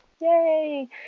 Yay